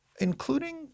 including